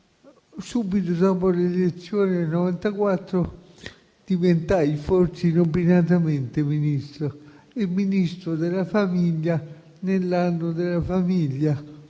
Subito dopo le elezioni del 1994, io diventai, forse inopinatamente, Ministro della famiglia, nell'anno della famiglia.